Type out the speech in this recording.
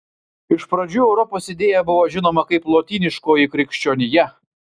iš pradžių europos idėja buvo žinoma kaip lotyniškoji krikščionija